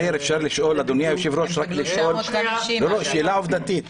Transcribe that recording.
אדוני היושב-ראש, אפשר לשאול שאלה עובדתית?